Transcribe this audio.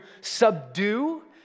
subdue